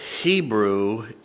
Hebrew